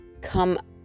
come